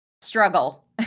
struggle